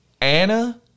Anna